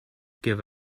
give